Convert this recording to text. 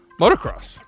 motocross